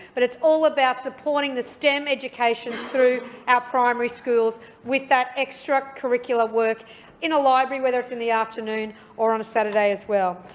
but it's all about supporting the stem education through our primary schools with that extra curricula work in a library, whether it's in the afternoon or on a saturday as well.